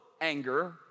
anger